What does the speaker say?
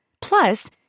Plus